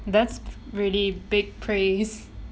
that's really big praise